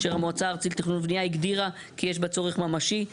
אשר המועצה הארצית לתכנון ולבניה הגדירה כי יש בה צורך ממשי.".